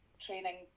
training